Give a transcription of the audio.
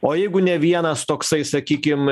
o jeigu ne vienas toksai sakykim